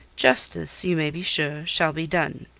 justice, you may be sure, shall be done.